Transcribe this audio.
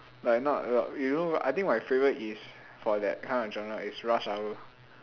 like not a lot you know I think my favourite is for that kind of genre is rush hour